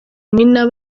nina